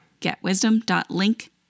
getwisdom.link